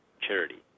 charity